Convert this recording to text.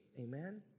Amen